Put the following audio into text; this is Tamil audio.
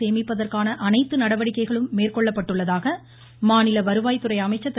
சேமிப்பதற்கான அனைத்து நடவடிக்கைகளும் மேற்கொள்ளப்பட்டுள்ளதாக மாநில வருவாய் துறை அமைச்சர் திரு